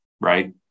Right